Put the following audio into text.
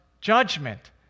judgment